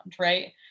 right